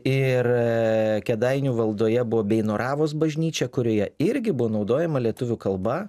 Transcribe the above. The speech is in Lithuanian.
ir kėdainių valdoje buvo beinoravos bažnyčia kurioje irgi buvo naudojama lietuvių kalba